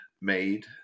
made